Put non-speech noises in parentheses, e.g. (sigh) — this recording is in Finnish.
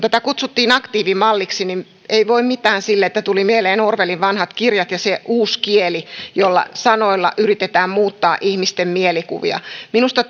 (unintelligible) tätä kutsuttiin aktiivimalliksi niin ei voi mitään sille että tuli mieleen orwellin vanhat kirjat ja se uusi kieli jossa sanoilla yritetään muuttaa ihmisten mielikuvia minusta (unintelligible)